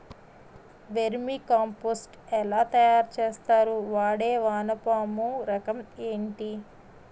Vermi compost ఎలా తయారు చేస్తారు? వాడే వానపము రకం ఏంటి?